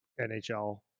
nhl